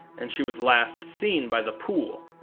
and she was last seen by the pool.